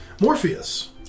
Morpheus